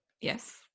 Yes